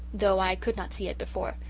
though i could not see it before.